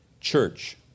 church